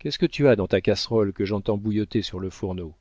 qu'est-ce que tu as dans ta casserole que j'entends bouilloter sur le fourneau